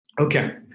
Okay